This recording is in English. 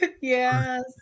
yes